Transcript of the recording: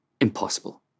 impossible